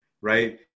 right